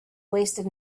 wasted